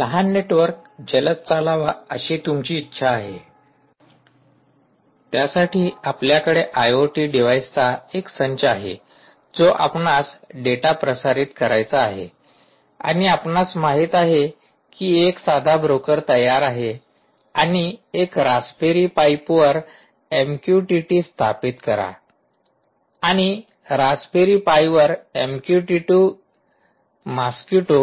लहान नेटवर्क जलद चालावा अशी तुमची इच्छा आहे त्यासाठी आपल्याकडे आयओटी डिव्हाइसचा एक संच आहे जो आपणास डेटा प्रसारित करायचा आहे आणि आपणास माहित आहे की एक साधा ब्रोकर तयार आहे आणि एक रास्पबेरी पाईपवर एमक्यूटीटी स्थापित करा आणि रास्पबेरीवर पाई एमक्यूटीटी मॉस्किटो